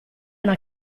una